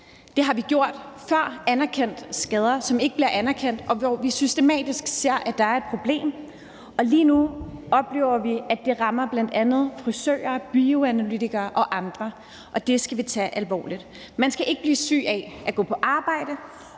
Det har vi gjort før, altså anerkendt skader, som ikke bliver anerkendt i dag, og hvor vi systematisk ser, at der er et problem. Lige nu oplever vi, at det rammer bl.a. frisører, bioanalytikere og andre, og det skal vi tage alvorligt. Man skal ikke blive syg af at gå på arbejde,